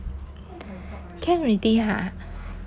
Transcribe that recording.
can already ha